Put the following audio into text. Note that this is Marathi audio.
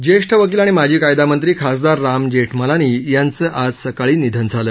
ज्येष्ठ वकील आणि माजी कायदामंत्री खासदार राम जेठमलानी यांचं आज सकाळी निधन झालं